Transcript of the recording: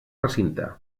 recinte